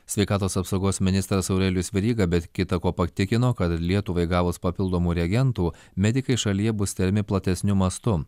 sveikatos apsaugos ministras aurelijus veryga be kita ko patikino kad lietuvai gavus papildomų reagentų medikai šalyje bus tiriami platesniu mastu